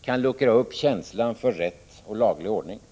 kan luckra upp känslan för rätt och laglig ordning också hos ett lands ledande politiker.